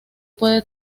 puede